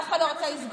אף אחד לא רצה לסגור.